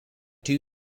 two